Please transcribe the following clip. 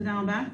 תודה רבה.